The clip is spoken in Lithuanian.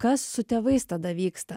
kas su tėvais tada vyksta